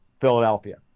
Philadelphia